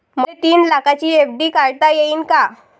मले तीन लाखाची एफ.डी काढता येईन का?